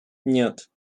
нет